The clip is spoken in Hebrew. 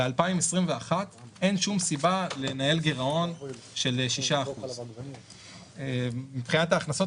ב-2021 אין שום סיבה לנהל גירעון של 6%. מבחינת ההכנסות,